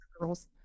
girls